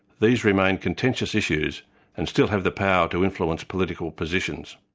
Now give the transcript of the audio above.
these remain contentious issues and still have the power to influence political positions.